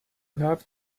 have